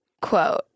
Quote